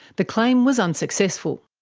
the claim was unsuccessful.